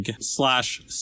slash